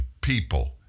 people